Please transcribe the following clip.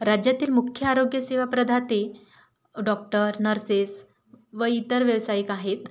राज्यातील मुख्य आरोग्यसेवा प्रदाते डॉक्टर नर्सेस व इतर व्यावसायिक आहेत